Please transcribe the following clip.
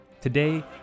Today